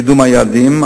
לקידום היעדים,